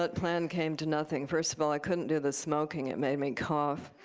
but plan came to nothing. first of all, i couldn't do the smoking. it made me cough.